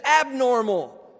abnormal